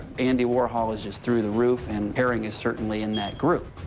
andy warhol is just through the roof, and haring is certainly in that group.